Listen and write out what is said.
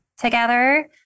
together